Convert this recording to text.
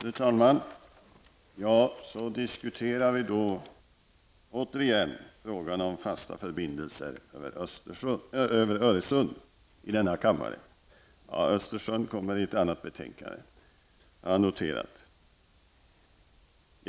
Fru talman! Så diskuterar vi återigen frågan om fasta förbindelser över Öresund.